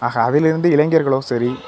ஆக அதிலிருந்து இளைஞர்களும் சரி